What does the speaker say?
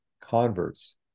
converts